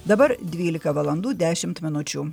dabar dvylika valandų dešimt minučių